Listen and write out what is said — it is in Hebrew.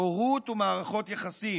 הורות ומערכות יחסים,